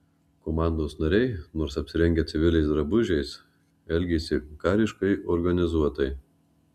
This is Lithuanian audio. komandos nariai nors apsirengę civiliais drabužiais elgėsi kariškai organizuotai